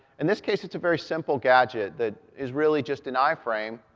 in this case, it's a very simple gadget that is really just an i-frame.